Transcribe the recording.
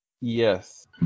Yes